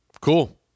Cool